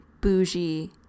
bougie